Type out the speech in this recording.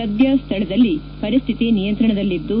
ಸದ್ದ ಸ್ಥಳದಲ್ಲಿ ಪರಿಸ್ಟಿತಿ ನಿಯಂತ್ರಣದಲ್ಲಿದ್ದು